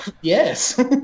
yes